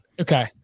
Okay